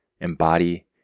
embody